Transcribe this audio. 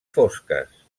fosques